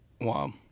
Wow